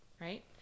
right